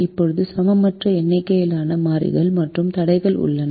இப்போது சமமற்ற எண்ணிக்கையிலான மாறிகள் மற்றும் தடைகள் உள்ளன